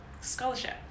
scholarship